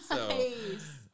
nice